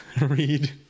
read